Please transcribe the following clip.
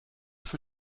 für